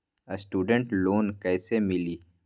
Student loan कैसे मिली?